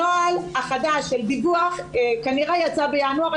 הנוהל החדש של דיווח כנראה יצא בינואר.